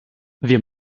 wir